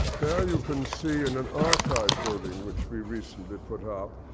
there you can see, in an archive building, which we recently put up,